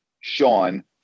Sean